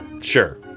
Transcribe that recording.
Sure